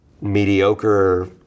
mediocre